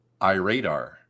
iRadar